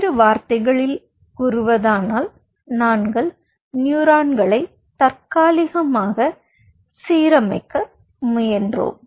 வேறு வார்த்தைகளில் கூறுவதானால் நாங்கள் நியூரான்களை தற்காலிகமாக சீரமைக்க முயன்றோம்